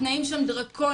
התנאים שם דרקוניים,